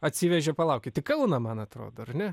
atsivežė palaukit į kauną man atrodo ar ne